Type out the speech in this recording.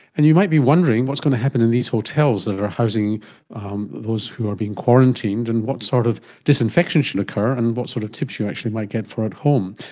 and you might be wondering what's going to happen in these hotels that are housing those who have been quarantined and what sort of disinfection should occur and what sort of tips you actually might get for at home.